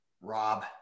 Rob